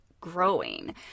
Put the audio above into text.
growing